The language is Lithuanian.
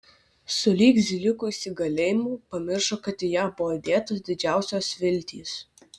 sulig zyliukų įsigalėjimu pamiršo kad į ją buvo dėtos didžiausios viltys